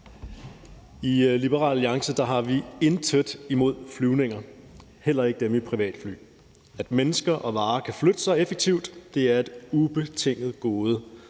I Liberal Alliance har vi intet imod flyvninger, heller ikke dem i privatfly. At mennesker og varer kan flytte sig effektivt, er et ubetinget gode.